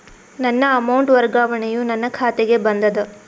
ನನ್ನ ಅಮೌಂಟ್ ವರ್ಗಾವಣೆಯು ನನ್ನ ಖಾತೆಗೆ ಬಂದದ